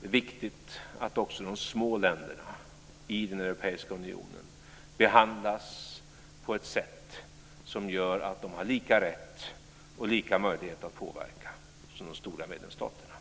Det är viktigt att de små länderna i den europeiska unionen behandlas på ett sätt som gör att de har lika rätt och lika möjlighet att påverka som de stora medlemsstaterna.